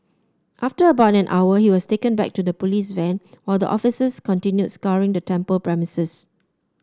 after about an hour he was taken back to the police van while the officers continued scouring the temple premises